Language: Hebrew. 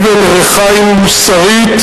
אבן רחיים מוסרית,